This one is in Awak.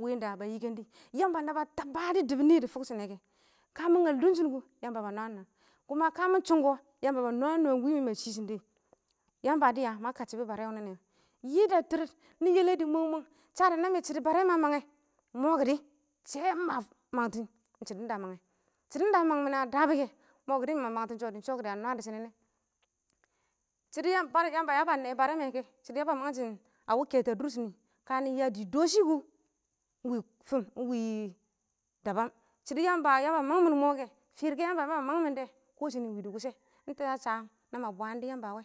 wɪ ɪng da yɪkɛn dɪ, yamba naba taba dɔ dɪbɔ nɪ dɪ fʊkgshɪnɛ kɛ, kamɪ ngal dʊnshɪn kʊ, yamba ba nwam nwam kuma kamɪ chung kɔ yamba ba nwam nwam wɪ mɪ, wɪ ma shɪshɪn dʊwɪ, yamba dɪya ma kachɔbɔ barɛ wʊnɪ nɛ wɔ, yɪ dɛ tʊrɪd, yɛlɛ dɪ mweng mweng shadɛ mɪ shɪdɔ barɛ mɛ a mangɛ ɪng mɔ kɪdɪ shɛ ma mangtɪm shɪdɔn da a mangɛ, shɪdɔn da a mangmɪn a dabɔ kɛ ɪng mɔ kɪdɪ mɪ ma mangtɪm shɔ, dɪ ɪng shɔ kɪdɪ a nwa dɪ shɪnɪ nɛ. shɪdɔ yamba ya ba nɛ barɛ mɛ kɛ ɪng shɪdɔ yaba mangshɪm a wɪ kɛtɔ a dʊrshɪn nɪ, kanɪ ya dɪ dɔ shɪ kubini ɪng wɪ daban ɪng wɪ shɪdɔ yamba ya ba mangmin ɪng mɔ kɛ, dʊr kɔ yamba yaba mangmɪndɛ ɪng wɪ dɛ wɪche ɪng tɛshɔ a sha nama bwandɔ yamba wɛ